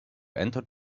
entered